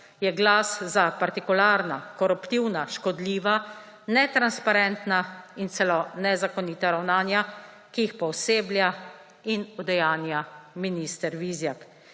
Je glas za partikularna, koruptivna, škodljiva, netransparentna in celo nezakonita ravnanja, ki jih pooseblja in udejanja minister Vizjak.